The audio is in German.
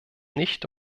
nicht